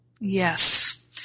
Yes